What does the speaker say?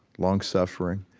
longsuffering.